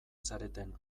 zareten